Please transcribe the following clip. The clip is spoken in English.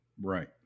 Right